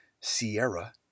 Sierra